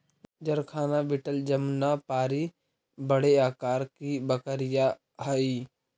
जरखाना बीटल जमुनापारी बड़े आकार की बकरियाँ हई